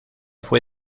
fue